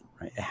right